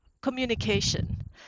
communication